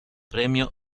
premio